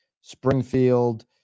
springfield